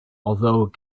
although